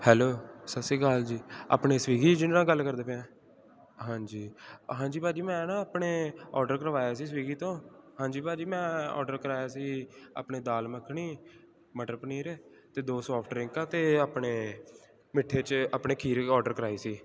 hello ਸਤਿ ਸ਼੍ਰੀ ਅਕਾਲ ਜੀ ਆਪਣੇ ਸਵਿਗੀ ਜਿਨ੍ਹਾਂ ਨਾਲ ਗੱਲ ਕਰਦੇ ਪਏ ਹਾਂ ਹਾਂਜੀ ਹਾਂਜੀ ਭਾਅ ਜੀ ਮੈਂ ਨਾ ਆਪਣੇ ਔਡਰ ਕਰਵਾਇਆ ਸੀ ਸਵੀਗੀ ਤੋਂ ਹਾਂਜੀ ਭਾਅ ਜੀ ਮੈਂ ਔਡਰ ਕਰਵਾਇਆ ਸੀ ਆਪਣੇ ਦਾਲ ਮੱਖਣੀ ਮਟਰ ਪਨੀਰ ਅਤੇ ਦੋ ਸੋਫਟ ਡਰਿੰਕਾਂ ਅਤੇ ਆਪਣੇ ਮਿੱਠੇ 'ਚ ਆਪਣੇ ਖੀਰ ਔਡਰ ਕਰਾਈ ਸੀ